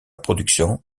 production